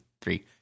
three